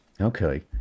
okay